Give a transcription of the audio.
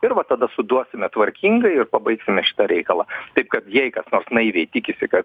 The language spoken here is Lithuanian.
ir va tada suduosime tvarkingai ir pabaigsime šitą reikalą taip kad jei kas nors naiviai tikisi kad